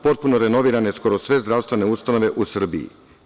Potpuno su renovirane skoro sve zdravstvene ustanove u Srbiji.